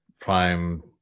Prime